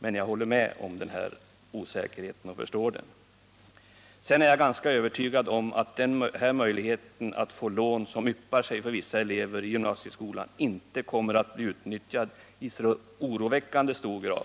Men jag förstår osäkerheten och håller med Britta Bergström. Sedan är jag ganska övertygad om att den möjlighet att få lån som yppar sig för vissa elever i gymnasieskolan inte kommer att bli utnyttjad i oroväckande hög grad.